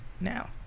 now